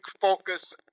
focus